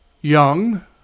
young